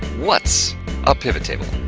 what's a pivot table?